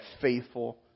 faithful